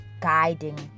guiding